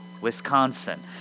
Wisconsin